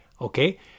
Okay